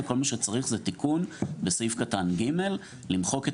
וכל מה שצריך זה תיקון בסעיף קטן (ג) למחוק את